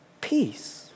peace